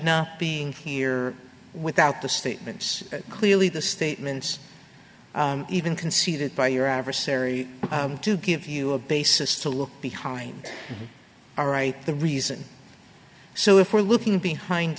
now being here without the statements clearly the statements even conceded by your adversary to give you a basis to look behind all right the reason so if we're looking behind